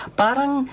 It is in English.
parang